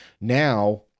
Now